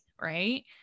right